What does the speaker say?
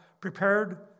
prepared